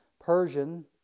Persian